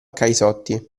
caisotti